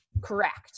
Correct